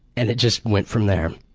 and it just went from there.